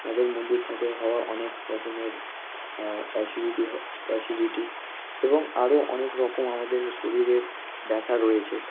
তাদের মধ্যে থাকে হওয়া অনেক রকমের অ্যাসিডিটি ঘ অ্যাসিডিটি এবং আরও অনেক রকম আমাদের শরীরের ব্যথা রয়েছে